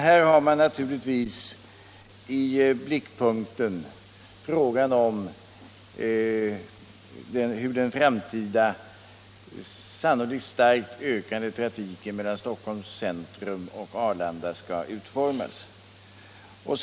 Här har man naturligtvis i blickpunkten frågan hur den framtida san — Om en spårbunden nolikt starkt ökade trafiken mellan Stockholms centrum och Arlanda = förbindelse Stockskall utformas.